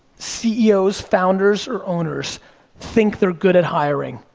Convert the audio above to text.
ceos, founders, or owners think they're good at hiring,